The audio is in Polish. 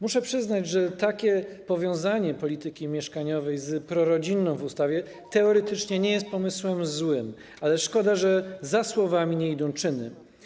Muszę przyznać, że takie powiązanie polityki mieszkaniowej z polityką prorodzinną w ustawie teoretycznie nie jest pomysłem złym, ale szkoda, że za słowami nie idą czyny.